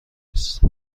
نیست